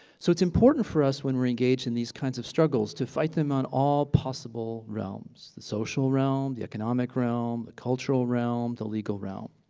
so it's important for us when we're engaged in these kinds of struggles to fight them on all possible realms, the social realm, the economic realm, the cultural realm, the legal realm.